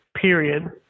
period